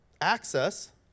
access